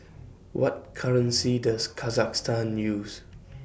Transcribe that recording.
What currency Does Kazakhstan use